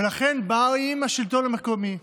ולכן באים מהשלטון המקומי,